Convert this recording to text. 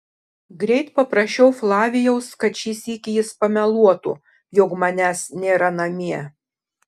greit paprašiau flavijaus kad šį sykį jis pameluotų jog manęs nėra namie